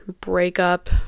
breakup